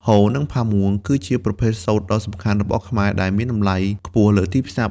ហូល និង ផាមួង គឺជាប្រភេទសូត្រដ៏សំខាន់របស់ខ្មែរ ដែលមានតម្លៃខ្ពស់លើទីផ្សារ។